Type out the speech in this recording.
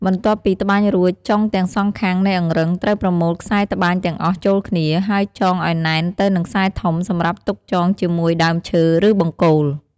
បន្ទាប់ពី ត្បាញរួចចុងទាំងសងខាងនៃអង្រឹង ត្រូវប្រមូលខ្សែត្បាញទាំងអស់ចូលគ្នា ហើយចងឲ្យណែនទៅនឹងខ្សែធំ សម្រាប់ទុកចងជាមួយដើមឈើឬបង្គោល។